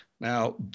Now